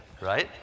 right